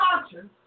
conscience